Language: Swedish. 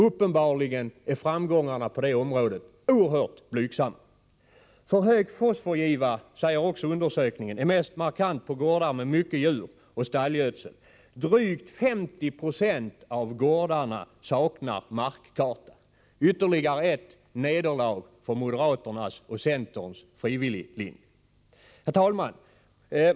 Uppenbarligen är framgångarna på det området oerhört blygsamma. För hög fosforgiva, säger undersökningen, är mest markant på gårdar med många djur och mycket stallgödsel. Drygt 50 96 av gårdarna saknar markkarta. Det är ytterligare ett nederlag för moderaternas och centerns frivilliglinje. Herr talman!